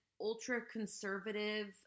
ultra-conservative